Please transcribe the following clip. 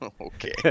Okay